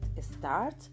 start